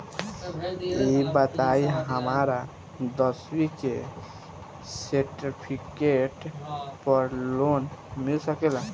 ई बताई हमरा दसवीं के सेर्टफिकेट पर लोन मिल सकेला?